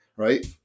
right